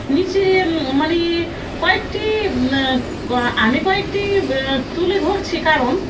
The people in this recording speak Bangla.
নিচে মানে কয়েকটি আমি কয়েকটি তুলে ধরছি কারণ